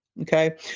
okay